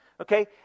Okay